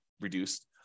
reduced